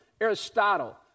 Aristotle